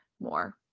more